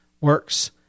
works